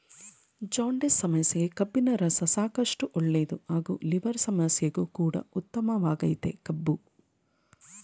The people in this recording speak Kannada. ಜಾಂಡಿಸ್ ಸಮಸ್ಯೆಗೆ ಕಬ್ಬಿನರಸ ಸಾಕಷ್ಟು ಒಳ್ಳೇದು ಹಾಗೂ ಲಿವರ್ ಸಮಸ್ಯೆಗು ಕೂಡ ಉತ್ತಮವಾಗಯ್ತೆ ಕಬ್ಬು